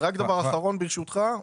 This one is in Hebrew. רק דבר אחרון ברשותך.